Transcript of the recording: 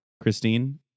Christine